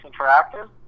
Interactive